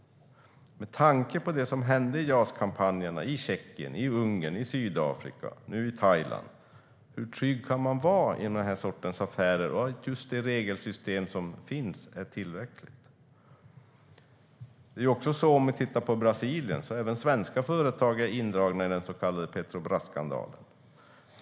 Med tanke på det som hänt i JAS-kampanjerna i Tjeckien, i Ungern, Sydafrika, i Thailand, hur trygg kan man vara med den här sortens affärer? Är det regelsystem som finns tillräckligt? När det gäller Brasilien är även svenska företag indragna i den så kallade Petrobrasskandalen.